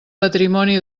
patrimoni